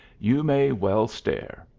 you may well stare.